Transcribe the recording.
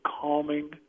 calming